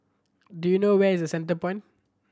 do you know where is The Centrepoint